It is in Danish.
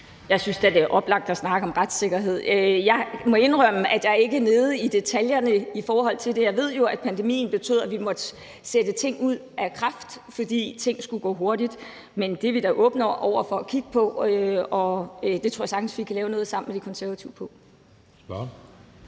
(SF): Jeg synes da, det er oplagt at snakke om retssikkerhed. Jeg må indrømme, at jeg ikke er nede i detaljerne i det her. Jeg ved jo, at pandemien betød, at vi måtte sætte ting ud af kraft, fordi ting skulle gå hurtigt. Men det er vi da åbne for at kigge på, og det tror jeg sagtens vi kan lave noget sammen med De Konservative om.